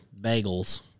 bagels